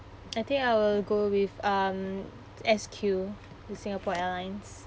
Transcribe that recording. I think I will go with um S_Q the singapore airlines